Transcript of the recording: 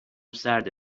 سرده